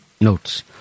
notes